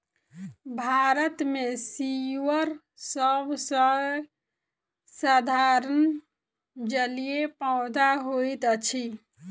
भारत मे सीवर सभ सॅ साधारण जलीय पौधा होइत अछि